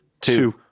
two